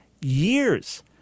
years